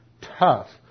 tough